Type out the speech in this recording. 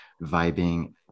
vibing